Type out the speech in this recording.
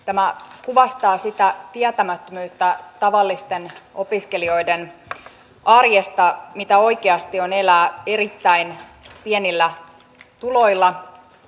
tämä kuvastaa sitä tietämättömyyttä tavallisten opiskelijoiden arjesta mitä oikeasti on elää erittäin pienillä tuloilla